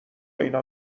اینا